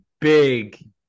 big